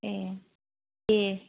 ए दे